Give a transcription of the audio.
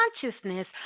consciousness